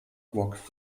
rock